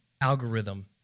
algorithm